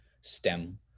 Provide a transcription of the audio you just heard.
STEM